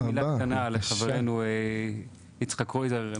מילה קטנה לחברנו יצחק קרויזר.